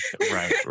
Right